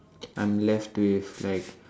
I'm left with like